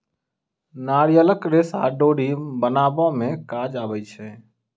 नारियलक रेशा डोरी बनाबअ में काज अबै छै